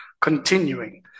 continuing